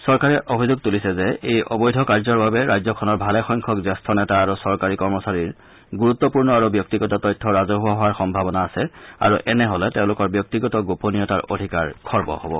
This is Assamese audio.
চৰকাৰে এইবুলি অভিযোগ তুলিছে যে এই অবৈধ কাৰ্যৰ বাবে ৰাজ্যখনৰ ভালেসংখ্যক জ্যেষ্ঠ নেতা আৰু চৰকাৰী কৰ্মচাৰীৰ গুৰুত্পূৰ্ণ আৰু ব্যক্তিগত তথ্য ৰাজহুৱা হোৱাৰ সম্ভাৱনা আছে আৰু এনে হলে তেওঁলোকৰ ব্যক্তিগত গোপনীয়তাৰ অধিকাৰ খৰ্ব হব